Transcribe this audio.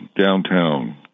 downtown